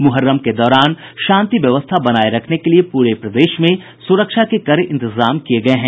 मुहर्रम के दौरान शांति व्यवस्था बनाये रखने के लिए पूरे प्रदेश में सुरक्षा के कड़े इंतजाम किये गये हैं